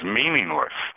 meaningless